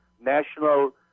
national